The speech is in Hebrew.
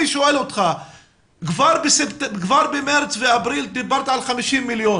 אני שואל אותך ,כבר במארס ובאפריל דיברת על 50 מיליון